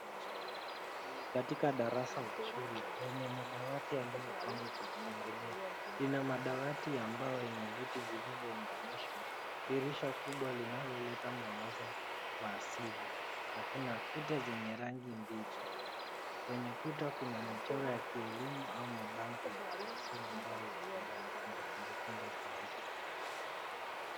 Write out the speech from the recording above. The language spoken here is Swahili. Ni katika darasa la shule lenye madawati yaliyopangwa kwa mpangilio. Lina madawati ya mbao yenye viti viliyounganishwa, dirisha kubwa linaloleta mwangaza wa asili na kuna kuta zenye rangi mbili. Kwenye kuta kuna michoro ya kielimu au mabango ya kimasomo ambayo huwasaidia wanafunzi kujifunza kwa njia ya kuona.